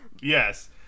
Yes